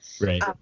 Right